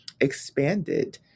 expanded